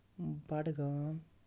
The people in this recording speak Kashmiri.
بڈگام